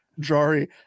Jari